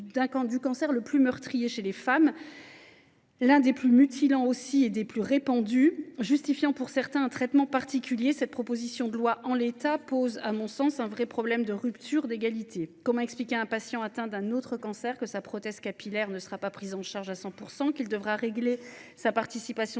le plus meurtrier chez les femmes, l’un des plus mutilants aussi, et le plus répandu, ce qui justifie pour certains un traitement particulier, cette proposition de loi, en l’état, pose un vrai problème de rupture d’égalité. Comment expliquer à un patient atteint d’un autre cancer que sa prothèse capillaire ne sera pas prise en charge à 100 %, qu’il devra régler sa participation forfaitaire,